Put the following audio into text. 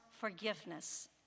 forgiveness